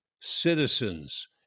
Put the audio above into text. citizens